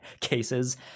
cases